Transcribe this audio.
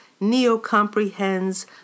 neo-comprehends